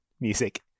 music